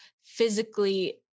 physically